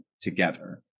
together